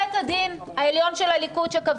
אגב, אם אתה שואל אותי, הסכנה